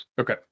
Okay